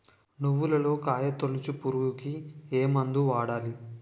నువ్వులలో కాయ తోలుచు పురుగుకి ఏ మందు వాడాలి?